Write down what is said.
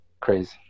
crazy